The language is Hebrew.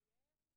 יעל,